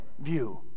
view